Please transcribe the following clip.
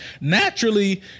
Naturally